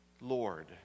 Lord